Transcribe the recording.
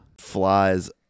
Flies